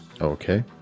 Okay